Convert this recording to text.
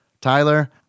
Tyler